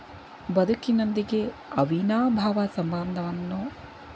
ಬದುಕಿನೊಂದಿಗೆ ಅವಿನಾಭಾವ ಸಂಬಂಧವನ್ನು